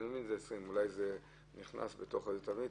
אולי זה נכנס בתבנית.